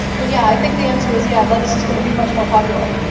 but yeah, i think the answer is yeah. let us who's gonna be much more popular?